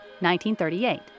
1938